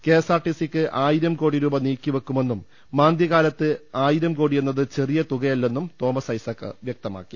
കെഎസ്ആർടിസിക്ക് ആയിരം കോടി രൂപ നീക്കിവെക്കുമെന്നും മാന്ദ്യകാലത്ത് ആയിരം കോടി എന്നത് ചെറിയ തുകയല്ലെന്നും തോമസ് ഐസക് വ്യക്തമാക്കി